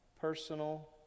Personal